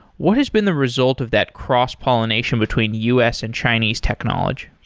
what has been the result of that cross-pollination between u s. and chinese technology?